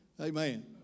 Amen